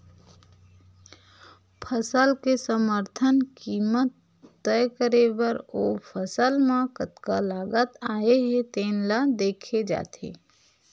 फसल के समरथन कीमत तय करे बर ओ फसल म कतका लागत आए हे तेन ल देखे जाथे